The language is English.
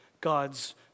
God's